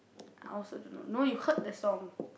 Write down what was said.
I also dunno no you heard the song